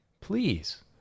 please